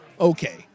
Okay